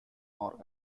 nor